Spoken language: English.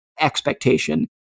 expectation